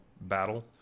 battle